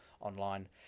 online